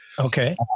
Okay